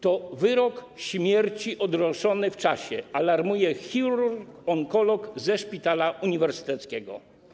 To wyrok śmierci odroczony w czasie - alarmuje chirurg onkolog ze szpitala uniwersyteckiego.